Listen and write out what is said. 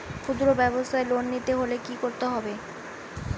খুদ্রব্যাবসায় লোন নিতে হলে কি করতে হবে?